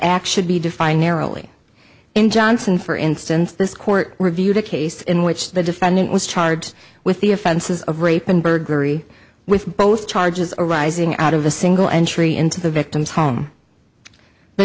action be defined narrowly in johnson for instance this court reviewed a case in which the defendant was charged with the offenses of rape and burglary with both charges arising out of a single entry into the victim's home the